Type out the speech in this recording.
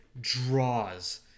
draws